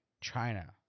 China